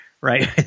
Right